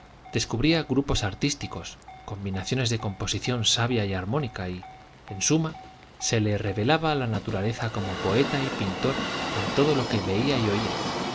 colores descubría grupos artísticos combinaciones de composición sabia y armónica y en suma se le revelaba la naturaleza como poeta y pintor en todo lo que veía y oía